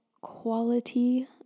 quality